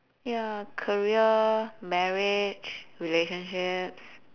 ya career marriage relationships